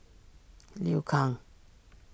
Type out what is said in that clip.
Liu Kang